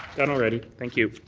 done already. thank you.